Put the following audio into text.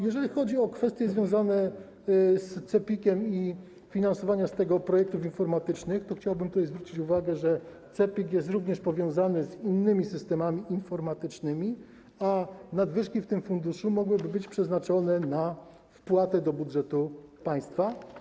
Jeżeli chodzi o kwestie związane z CEPiK i finansowaniem z tego projektów informatycznych, to chciałbym zwrócić uwagę, że CEPiK jest również powiązany z innymi systemami informatycznymi, a nadwyżki w tym funduszu mogłyby być przeznaczone na wpłatę do budżetu państwa.